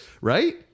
right